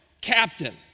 captain